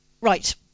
Right